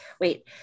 Wait